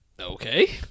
Okay